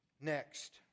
Next